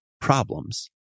problems